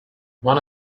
one